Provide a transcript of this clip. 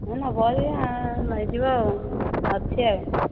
ହଁ ନେବ ଯଦି ନେଇଯିବ ଆଉ ଅଛି ଆଉ